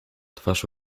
twarz